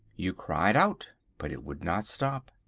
you cried out, but it would not stop.